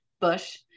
bush